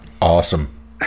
Awesome